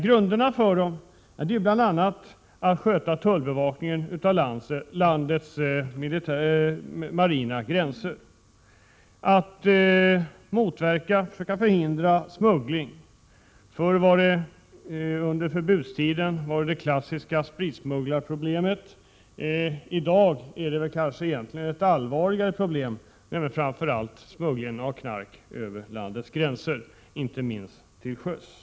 Grunderna är bl.a. att sköta tullbevakningen av landets marina gränser, att motverka och försöka förhindra smuggling. Under förbudstiden var det ju det klassiska spritsmugglarproblemet; i dag gäller det framför allt ett allvarligare problem, nämligen smugglingen av knark över landets gränser, inte minst till sjöss.